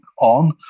on